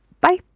Bye